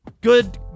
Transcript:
good